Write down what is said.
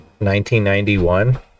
1991